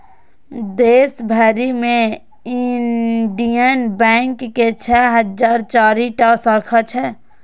देश भरि मे इंडियन बैंक के छह हजार चारि टा शाखा छै